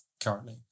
currently